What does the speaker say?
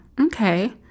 Okay